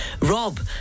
Rob